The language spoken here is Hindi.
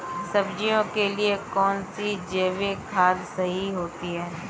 सब्जियों के लिए कौन सी जैविक खाद सही होती है?